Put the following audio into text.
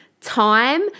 time